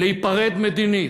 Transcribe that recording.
להיפרד מדינית.